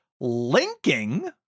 linking